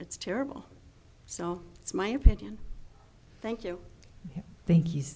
it's terrible so it's my opinion thank you thank you